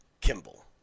Kimball